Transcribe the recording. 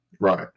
Right